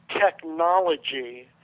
technology